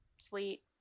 Sleet